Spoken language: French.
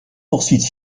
poursuite